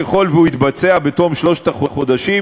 ככל שהוא יתבצע בתום שלושת החודשים,